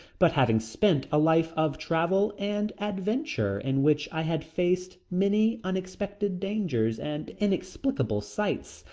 but having spent a life of travel and adventure in which i had faced many unexpected dangers and inexplicable sights,